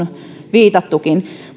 viitattukin